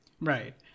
right